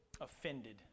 offended